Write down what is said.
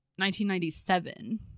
1997